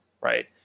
Right